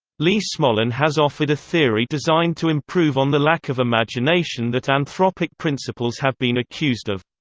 lee smolin has offered a theory designed to improve on the lack of imagination that anthropic principles have been accused of.